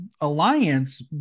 alliance